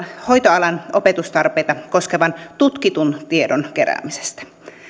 hoitoalan opetustarpeita koskevan tutkitun tiedon keräämisessä